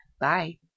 Bye